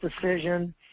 decision